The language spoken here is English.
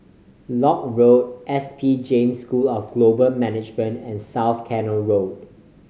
Lock Road S P Jain School of Global Management and South Canal Road